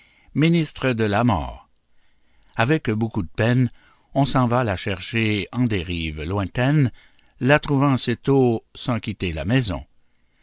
ministres de la mort avec beaucoup de peines on s'en va la chercher en des rives lointaines la trouvant assez tôt sans quitter la maison